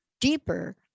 deeper